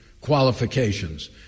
qualifications